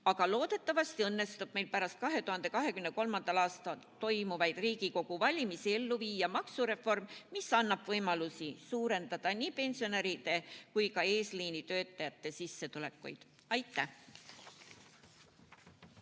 Aga loodetavasti õnnestub meil pärast 2023. aastal toimuvaid Riigikogu valimisi ellu viia maksureform, mis annab võimalusi suurendada nii pensionäride kui ka eesliinitöötajate sissetulekut. Aitäh!